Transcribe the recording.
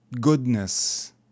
goodness